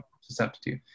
susceptible